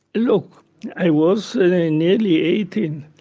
look i was nearly eighteen,